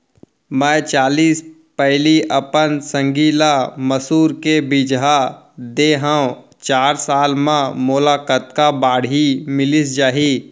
मैं चालीस पैली अपन संगी ल मसूर के बीजहा दे हव चार साल म मोला कतका बाड़ही मिलिस जाही?